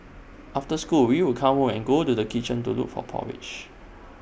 after school we would come home and go to kitchen to look for porridge